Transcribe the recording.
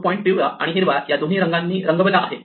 तो पॉइंट पिवळा आणि हिरवा या दोन्ही रंगानी रंगवला आहे